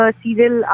serial